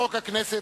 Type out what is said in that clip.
לחוק הכנסת,